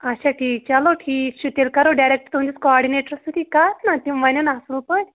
اچھا ٹھیٖک چلو ٹھیٖک چھِ تیٚلہِ کَرو ڈٮ۪رٮ۪کٹ تُہٕنٛدِس کاڈنیٹرَس سۭتی کَتھ نا تِم وَنَن اَصٕل پٲٹھۍ